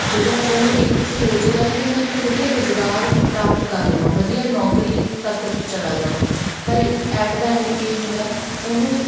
ਜਦੋਂ ਉਹ ਇੱਕ ਸੋਚਦਾ ਹੈ ਕਿ ਮੈਂ ਇੱਕ ਵਧੀਆ ਰੁਜ਼ਗਾਰ ਪ੍ਰਾਪਤ ਕਰ ਲਵਾਂ ਵਧੀਆ ਨੌਕਰੀ ਤੱਕ ਚਲਾ ਜਾਵਾਂ ਪਰ ਐਟ ਦਾ ਐਂਡ ਕੀ ਹੁੰਦਾ ਉਹਨੂੰ